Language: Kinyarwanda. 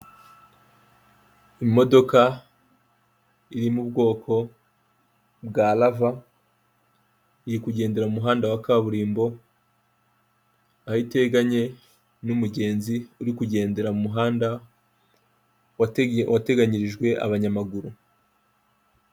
Imodoka iri mu bwoko bwa rava iri kugendera muhanda wa kaburimbo, aho iteganye n'umugenzi uri kugendera mu muhanda wateganyirijwe abanyamaguru.